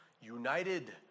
United